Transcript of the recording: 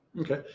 Okay